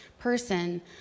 person